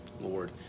Lord